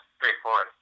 straightforward